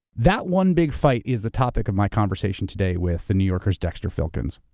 that one big fight is the topic of my conversation today with the new yorker's dexter filkins.